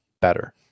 better